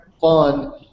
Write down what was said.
fun